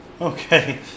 Okay